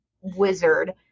wizard